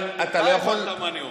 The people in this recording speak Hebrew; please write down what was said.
אבל אתה לא יכול, אתה הבנת מה אני אומר.